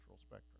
spectrum